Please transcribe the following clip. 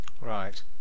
right